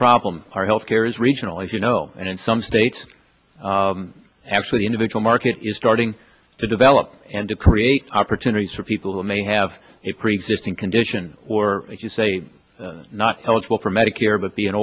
problem our health care is regional as you know and in some states actually the individual market is starting to develop and to create opportunities for people who may have a preexisting condition or as you say not eligible for medicare but the